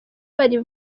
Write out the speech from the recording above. bari